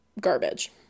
garbage